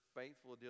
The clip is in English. faithful